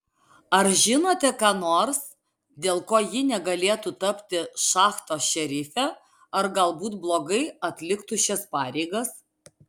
ar žinote ką nors dėl ko ji negalėtų tapti šachtos šerife ar galbūt blogai atliktų šias pareigas